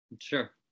Sure